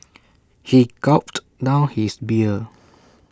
he gulped down his beer